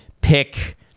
pick